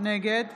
נגד